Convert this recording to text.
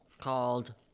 called